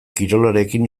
kirolarekin